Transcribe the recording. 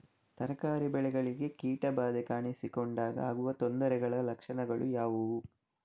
ತರಕಾರಿ ಬೆಳೆಗಳಿಗೆ ಕೀಟ ಬಾಧೆ ಕಾಣಿಸಿಕೊಂಡಾಗ ಆಗುವ ತೊಂದರೆಗಳ ಲಕ್ಷಣಗಳು ಯಾವುವು?